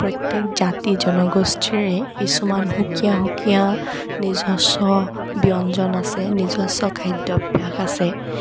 প্ৰত্যেক জাতি জনগোষ্ঠীৰেই কিছুমান সুকীয়া সুকীয়া নিজস্ব ব্যঞ্জন আছে নিজস্ব খাদ্যভ্যাস আছে